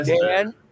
Dan